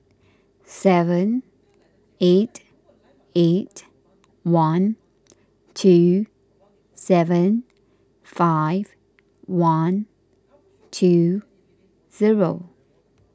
seven eight eight one two seven five one two zero